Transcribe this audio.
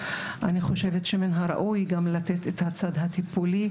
אני חושבת שמן הראוי גם לתת את הצד הטיפולי,